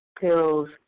pills